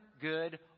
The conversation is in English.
good